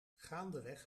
gaandeweg